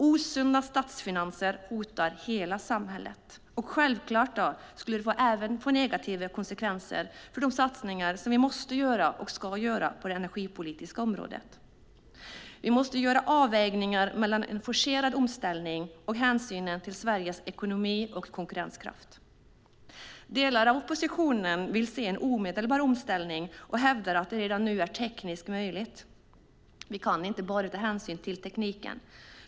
Osunda statsfinanser hotar hela samhället. Självklart skulle det även få negativa konsekvenser för de satsningar som vi måste och ska göra på det energipolitiska området. Vi måste göra avvägningar mellan en forcerad omställning och hänsynen till Sveriges ekonomi och konkurrenskraft. Delar av oppositionen vill se en omedelbar omställning och hävdar att det redan nu är tekniskt möjligt. Vi kan inte bara ta hänsyn till tekniken.